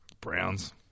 Browns